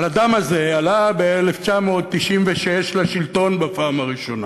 האדם הזה, עלה ב-1996 לשלטון בפעם הראשונה,